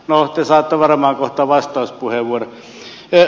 no te saatte varmaan kohta vastauspuheenvuoron